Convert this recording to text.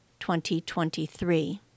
2023